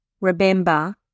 Remember